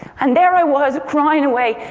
and there i was crying away,